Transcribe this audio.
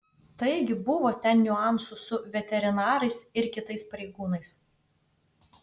taigi buvo ten niuansų su veterinarais ir kitais pareigūnais